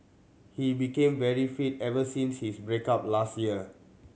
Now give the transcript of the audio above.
he became very fit ever since his break up last year